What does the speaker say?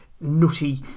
nutty